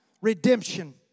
redemption